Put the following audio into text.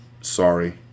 sorry